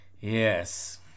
Yes